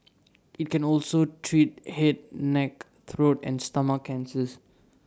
IT can also treat Head neck throat and stomach cancers